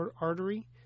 artery